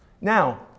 Now